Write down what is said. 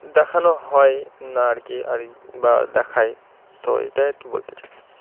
দেখানো হয় না আর কি আর বা দেখায় তো এটাই আর কি বলতে চাই